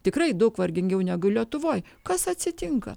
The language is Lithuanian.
tikrai daug vargingiau negu lietuvoj kas atsitinka